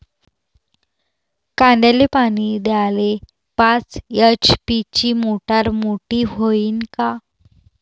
कांद्याले पानी द्याले पाच एच.पी ची मोटार मोटी व्हईन का?